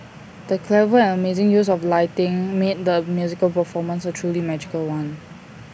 the clever and amazing use of lighting made the musical performance A truly magical one